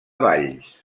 valls